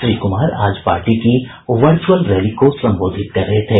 श्री कुमार आज पार्टी की virtual rally को संबोधित कर रहे थे